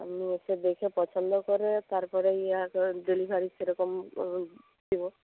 আপনি এসে দেখে পছন্দ করে তারপরে ইয়া করে ডেলিভারি সেরকম দেব